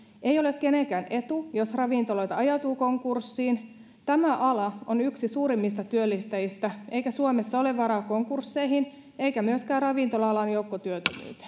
ei ole kenenkään etu jos ravintoloita ajautuu konkurssiin tämä ala on yksi suurimmista työllistäjistä eikä suomessa ole varaa konkursseihin eikä myöskään ravintola alan joukkotyöttömyyteen